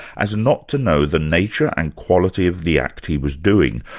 as not to know the nature and quality of the act he was doing,